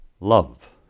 love